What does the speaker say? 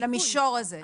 למישור הזה.